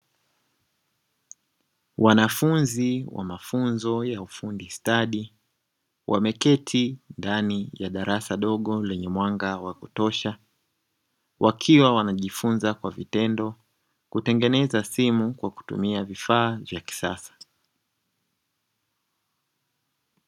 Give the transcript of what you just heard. Wanafunzi wa mafunzo ya ufundi stadi wameketi ndani ya darasa dogo lenye mwanga wa kutosha, wakiwa wanajifunza kwa vitendo kutengeneza simu kwa kutumia vifaa vya kisasa.